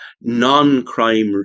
non-crime